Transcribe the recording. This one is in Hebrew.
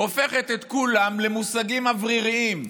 הופך את כולם למושגים אווריריים.